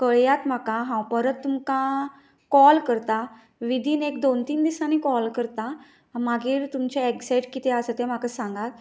हां कळयात म्हाका हांव परत तुमकां कॉल करतां विदीन एक दोन तीन दिसांनी कॉल करतां मागीर तुमचे एग्जेक्ट कितें आसात तें म्हाका सांगात